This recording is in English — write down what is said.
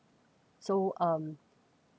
so um